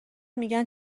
میگن